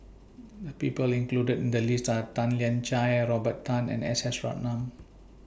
The People included in The list Are Tan Lian Chye Robert Tan and S S Ratnam